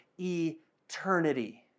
eternity